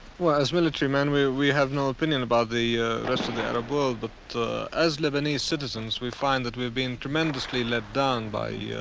well as military man. we we have no opinion about the rest of the arab world, but as lebanese citizens we find that we've been tremendously, led down by